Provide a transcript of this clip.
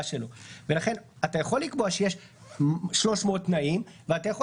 שלו ולכן אתה יכול לקבוע שיש 300 תנאים ואתה יכול